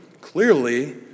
Clearly